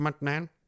Man